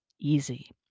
easy